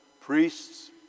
priests